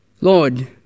Lord